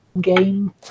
game